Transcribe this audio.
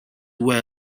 well